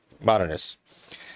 modernists